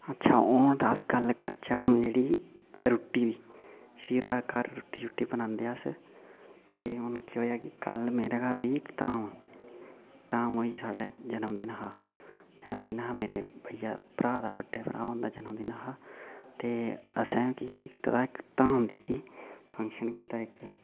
अच्छा हून अस गल्ल करचै हून जेह्ड़ी रुट्टी जेह्ड़ी घर रुट्टी बनाने अस ते हून केह् होया कि कल मेरे घर होई इक धाम धाम होई साढ़े जन्म दिन हा जन्म दिन हा मेरे भैया भ्राऽ बड्डे भ्राऽ दा जन्म दिन हा ते असें केह् कीता इक धाम दित्ती फंक्शन कीता इक